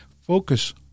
focus